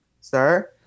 sir